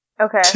Okay